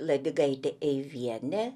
ladigaitė eivienė